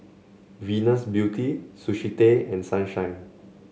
Venus Beauty Sushi Tei and Sunshine